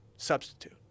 Substitute